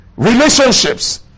Relationships